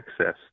access